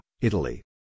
Italy